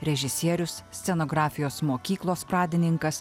režisierius scenografijos mokyklos pradininkas